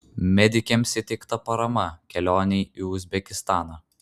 medikėms įteikta parama kelionei į uzbekistaną